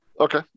okay